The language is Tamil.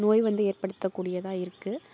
நோய் வந்து ஏற்படுத்தக்கூடியதாக இருக்குது